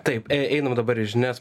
taip ei einam dabar į žinias